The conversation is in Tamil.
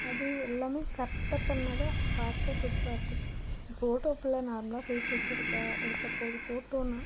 அது எல்லாம் கரெக்டாக பண்ணால் தான் பார்க்க சூப்பராக இருக்கும் ஃபோட்டோ இப்போல்லாம் நார்மலாக ஃபேஸை வெச்சு எடுத்தால் எடுத்தால் போதும் ஃபோட்டோனால்